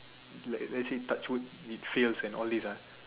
like like let's say touch wood it fails and all this ah